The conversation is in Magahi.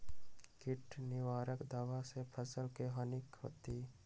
किट निवारक दावा से फसल के हानियों होतै?